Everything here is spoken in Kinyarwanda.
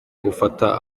gufata